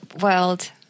world